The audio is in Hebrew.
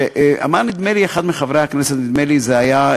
אמר נדמה לי אחד מחברי הכנסת, נדמה לי שזה היה